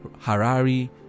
Harari